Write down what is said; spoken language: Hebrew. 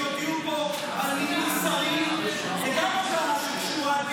אחרי שיודיעו על מינוי שרים וגם הודעה של שמועתי